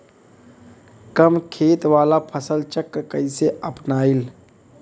कम खेत वाला फसल चक्र कइसे अपनाइल?